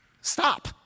Stop